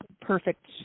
perfect